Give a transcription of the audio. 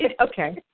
Okay